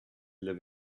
live